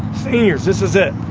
seniors this is it.